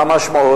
מה המשמעות?